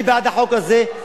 אני בעד החוק הזה,